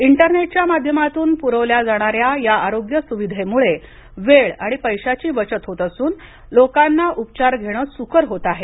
इंटरनेटच्या माध्यमातून पुरवल्या जाणाऱ्या या आरोग्य सुविधेमुळे वेळ आणि पैशांची बचत होत असून लोकांना उपचार घेणं सुकर होत आहे